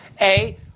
A-